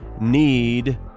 need